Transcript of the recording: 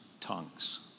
tongues